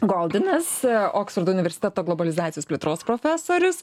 goldinas oksfordo universiteto globalizacijos plėtros profesorius